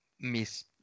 miss